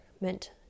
meant